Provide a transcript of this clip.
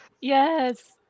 Yes